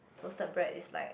toasted bread is like